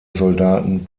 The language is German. soldaten